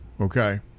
okay